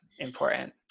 important